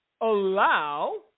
allow